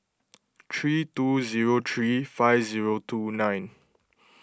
three two zero three five zero two nine